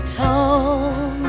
told